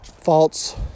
false